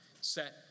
set